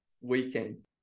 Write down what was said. weekend